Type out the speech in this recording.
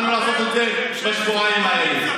יכולנו לעשות את זה בשבועיים האלה.